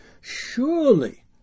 surely